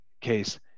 case